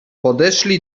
podeszli